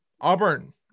Auburn